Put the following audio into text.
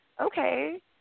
okay